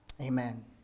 Amen